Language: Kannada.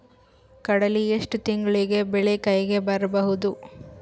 ಕಡಲಿ ಎಷ್ಟು ತಿಂಗಳಿಗೆ ಬೆಳೆ ಕೈಗೆ ಬರಬಹುದು?